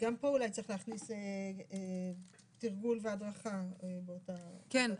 וגם פה צריך אולי להכניס תרגול והדרכה באותה צורה.